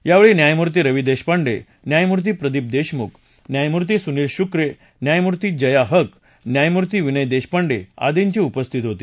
यावळी न्यायमूर्ती रवी दर्षांड न्यायमूर्ती प्रदीप दर्षांमुख न्यायमूर्ती सुनील शुक्र न्यायमूर्ती जका हक न्यायमूर्ती विनय दर्शपांडा आदींची उपस्थिती होती